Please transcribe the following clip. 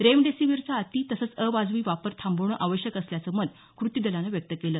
रेमडीसीव्हीरचा अति तसंच अवाजवी वापर थांबवणं आवश्यक असल्याचं मत कृती दलाने व्यक्त केलं